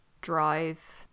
drive